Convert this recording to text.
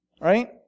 right